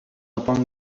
upon